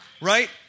Right